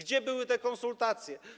Gdzie były te konsultacje?